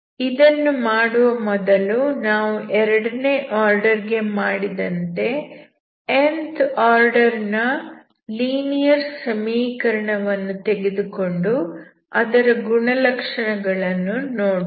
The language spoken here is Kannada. ಇದನ್ನು ಮಾಡುವ ಮೊದಲು ನಾವು ಎರಡನೇ ಆರ್ಡರ್ ಗೆ ಮಾಡಿದಂತೆ nth ಆರ್ಡರ್ ನ ಲೀನಿಯರ್ ಸಮೀಕರಣ ವನ್ನು ತೆಗೆದುಕೊಂಡು ಅದರ ಗುಣಲಕ್ಷಣಗಳನ್ನು ನೋಡೋಣ